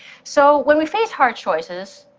so when we face hard choices,